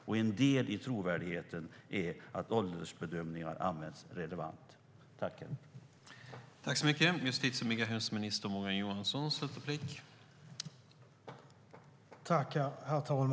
Och en del i trovärdigheten är att åldersbedömningarna används på ett relevant sätt.